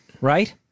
Right